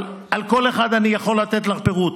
על כל אחד אני יכול לתת לך פירוט.